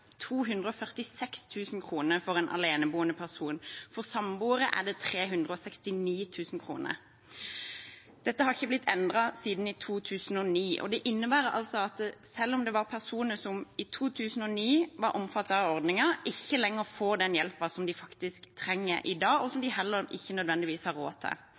for en aleneboende person. For samboere er den 369 000 kr. Dette er ikke blitt endret siden 2009. Det innebærer at personer som i 2009 var omfattet av ordningen, i dag ikke lenger får den hjelpen de faktisk trenger, og som de ikke nødvendigvis har råd til.